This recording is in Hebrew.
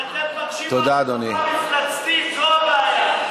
כי אתם מבקשים הרחבה מפלצתית, זו הבעיה.